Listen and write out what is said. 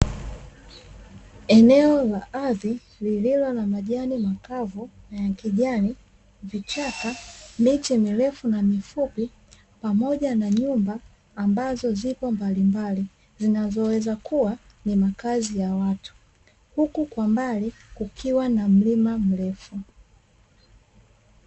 Eneo la ardhi lililo na majani makavu na ya kijani, vichaka, miti mirefu na mifupi pamoja na nyumba ambazo zipo mbalimbali zinazoweza kuwa ni makazi ya watu huku kwa mbali kukiwa na mlima mrefu.